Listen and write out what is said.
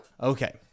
Okay